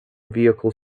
vehicle